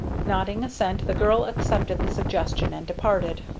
nodding assent, the girl accepted the suggestion and departed.